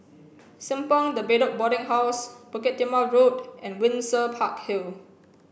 Simpang De Bedok Boarding House Bukit Timah Road and Windsor Park Hill